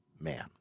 man